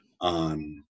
on